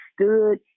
stood